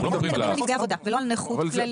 אנחנו מדברים על נפגעי עבודה, לא על נכות כללית.